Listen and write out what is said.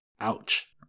Ouch